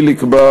יחיאל חיליק בר,